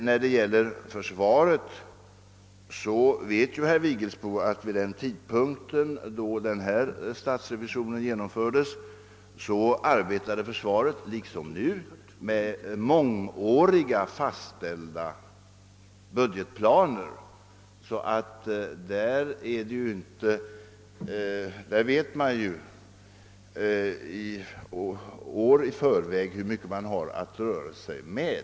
Vad försvaret beträffar vet herr Vigelsbo också att vid den tidpunkten då den omnämnda statsrevisionen genomfördes arbetade försvaret liksom nu med mångåriga fastställda budgetplaner. Där vet man därför år i förväg bur mycket man har att röra sig med.